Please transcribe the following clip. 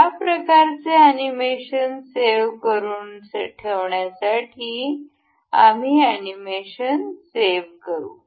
या प्रकारचे animation save करून ठेवण्यासाठी आम्ही अॅनिमेशन सेव्ह करू